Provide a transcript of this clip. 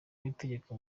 w’itegeko